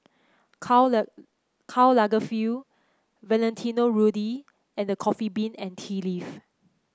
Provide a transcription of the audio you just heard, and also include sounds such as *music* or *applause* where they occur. Karl *unintelligible* Karl Lagerfeld Valentino Rudy and The Coffee Bean and Tea Leaf